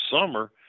summer